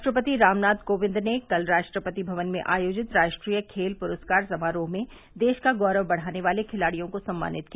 राष्ट्रपति रामनाथ कोविंद ने कल राष्ट्रपति भवन में आयोजित राष्ट्रीय खेल पुरस्कार समारोह में देश का गौरव बढ़ाने वाले खिलाड़ियों को सम्मानित किया